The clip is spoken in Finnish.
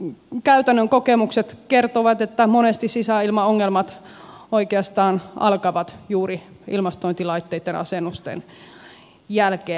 nimittäin käytännön kokemukset kertovat että monesti sisäilmaongelmat oikeastaan alkavat juuri ilmastointilaitteitten asennusten jälkeen